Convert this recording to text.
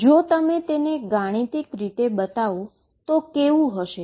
જો તમે તેને ગાણિતિક રૂપે બતાવો છો તો તે કેવુ હશે